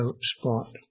spot